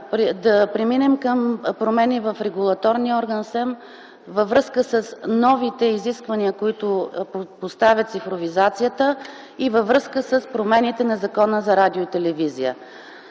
да преминем към промени в регулаторния орган – СЕМ, във връзка с новите изисквания, които поставя цифровизацията, и във връзка с промените на Закона за радио и телевизия.